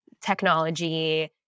technology